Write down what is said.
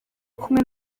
kumwe